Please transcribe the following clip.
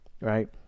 right